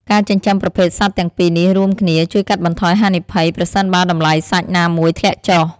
ការចិញ្ចឹមប្រភេទសត្វទាំងពីរនេះរួមគ្នា ជួយកាត់បន្ថយហានិភ័យប្រសិនបើតម្លៃសាច់ណាមួយធ្លាក់ចុះ។